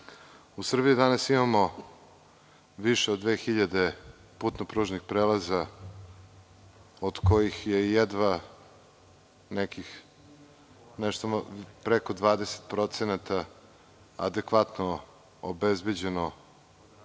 Srbiji danas imamo više od 2000 putno-pružnih prelaza, od kojih je jedva nešto preko 20% adekvatno obezbeđeno